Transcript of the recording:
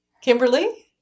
Kimberly